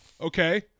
Okay